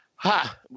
Ha